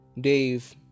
Dave